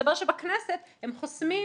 מסתבר שבכנסת הם חוסמים